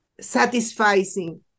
satisfying